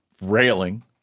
railing